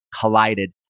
collided